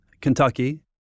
Kentucky